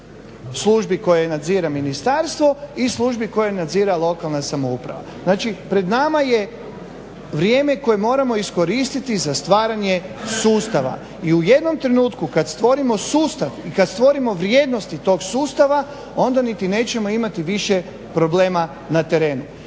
službi koje nadzire Ministarstvo i službi koje nadzire lokalna samouprava. Znači pred nama je vrijeme koje moramo iskoristiti za stvaranje sustava i u jednom trenutku kad stvorimo sustav i kad stvorimo vrijednosti tog sustava onda niti nećemo imati više problema na terenu.